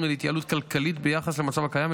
ולהתייעלות כלכלית ביחס למצב הקיים,